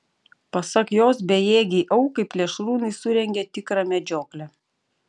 pasak jos bejėgei aukai plėšrūnai surengė tikrą medžioklę